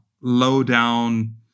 low-down